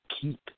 keep